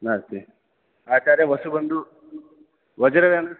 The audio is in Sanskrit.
नास्ति आचार्यवसुबन्धुः वज्रगणः